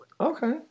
Okay